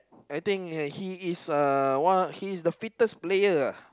I think uh he is uh he is the fittest player ah